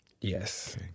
Yes